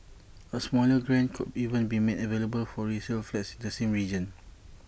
A smaller grant could even be made available for resale flats the same region